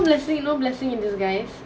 literally you know blessing in disguise